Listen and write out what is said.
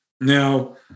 Now